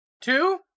Two